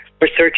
Research